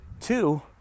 two